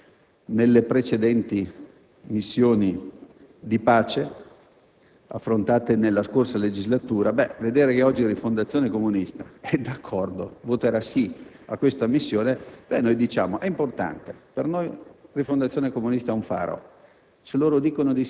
Anche l'applicazione del codice militare di pace non sembra una misura efficiente, inviando militari su scenari di guerra: non sembra sicuramente la migliore disciplina applicabile al caso.